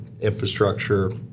infrastructure